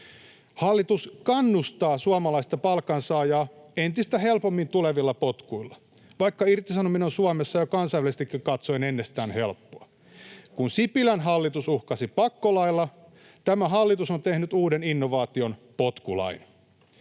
Hallitus kannustaa suomalaista palkansaajaa entistä helpommin tulevilla potkuilla, vaikka irtisanominen on Suomessa kansainvälisestikin katsoen jo ennestään helppoa. Kun Sipilän hallitus uhkasi pakkolailla, tämä hallitus on tehnyt uuden innovaation: potkulain.